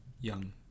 young